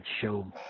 show